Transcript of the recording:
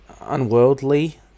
unworldly